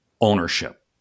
ownership